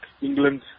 England